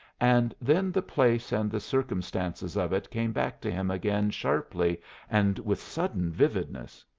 and then the place and the circumstances of it came back to him again sharply and with sudden vividness.